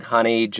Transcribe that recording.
Honey